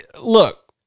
Look